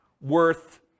worth